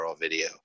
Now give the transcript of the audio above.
video